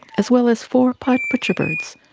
as well as four pied butcherbirds,